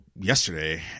yesterday